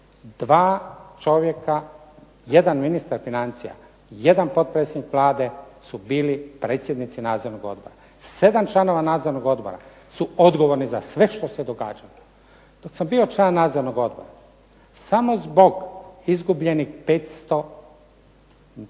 dva čovjeka, jedan ministar financija, jedan potpredsjednik Vlade su bili predsjednici nadzornog odbora, 7 članova nadzornog odbora su odgovorni za sve što se događalo. Dok sam bio član nadzornog odbora, samo zbog izgubljenih 5